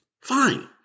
fine